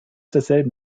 desselben